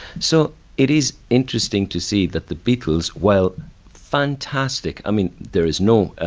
so it is interesting to see that the beatles, while fantastic. i mean, there is no.